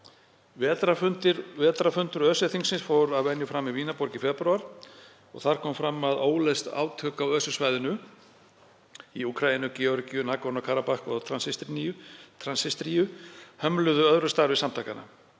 Vetrarfundur ÖSE-þingsins fór að venju fram í Vínarborg í febrúar og þar kom fram að óleyst átök á ÖSE- svæðinu, í Úkraínu, Georgíu, Nagorno-Karabakh og Transnistríu, hömluðu öðru starfi samtakanna.